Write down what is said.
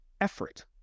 effort